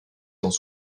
dans